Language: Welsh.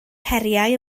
heriau